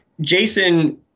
Jason